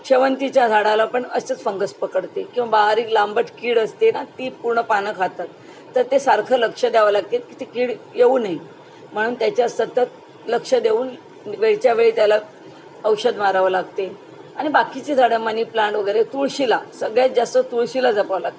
शेवंतीच्या झाडाला पण असंच फंगस पकडते किंवा बाक लांबट कीड असते ना ती पूर्ण पानं खातात तर ते सारखं लक्ष द्यावं लागते की ते कीड येऊ नाही म्हणून त्याच्या सतत लक्ष देऊन वेळच्या वेळी त्याला औषध मारावं लागते आणि बाकीची झाडं मनी प्लांट वगैरे तुळशीला सगळ्यात जास्त तुळशीला जपावं लागते